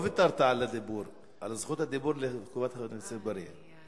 לא ויתרת על זכות הדיבור לטובת חבר הכנסת אגבאריה.